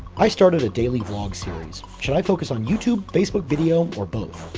i started a daily vlog series. should i focus on youtube, facebook video, or both?